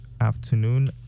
afternoon